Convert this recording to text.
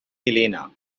helena